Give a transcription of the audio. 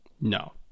No